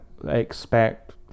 expect